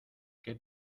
qué